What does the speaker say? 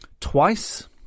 twice